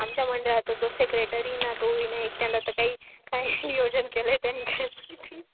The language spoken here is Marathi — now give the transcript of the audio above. आमच्या मंडळाचा जो सेक्रेटरी ना तो विनय एक त्यांना त काही काही नियोजन केलं आहे त्यांनी काय माहिती